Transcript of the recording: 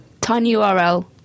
TinyURL